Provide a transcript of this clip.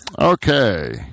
Okay